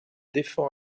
défend